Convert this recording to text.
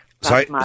Sorry